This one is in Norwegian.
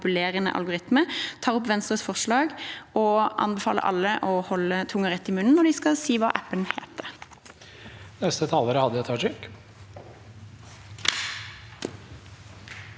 og manipulerende algoritmer. Jeg tar opp Venstres forslag og anbefaler alle å holde tungen rett i munnen når de skal si hva appen heter.